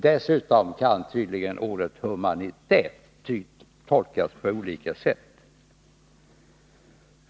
Dessutom kan tydligen ordet humanitet tolkas på olika sätt.